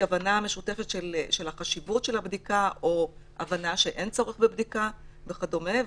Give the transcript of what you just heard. הבנה משותפת של החשיבות של הבדיקה או הבנה שאין צורך בבדיקה וכדומה,